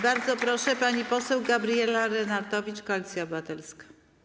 Bardzo proszę, pani poseł Gabriela Lenartowicz, Koalicja Obywatelska.